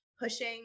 Pushing